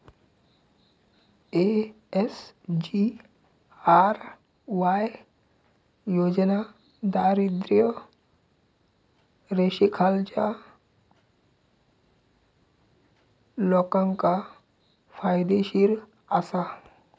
SGRY योजना दारिद्र्य रेषेखालच्या लोकांका फायदेशीर आसा